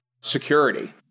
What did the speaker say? security